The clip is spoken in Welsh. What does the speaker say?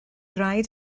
rhaid